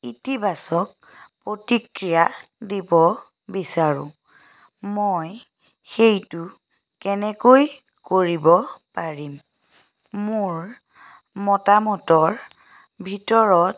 ইতিবাচক প্ৰতিক্ৰিয়া দিব বিচাৰোঁ মই সেইটো কেনেকৈ কৰিব পাৰিম মোৰ মতামতৰ ভিতৰত